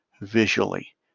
visually